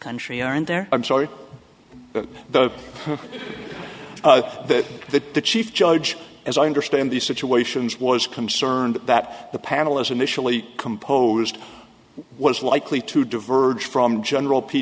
country aren't there i'm sorry though that the chief judge as i understand these situations was concerned that the panel as initially composed was likely to diverge from general p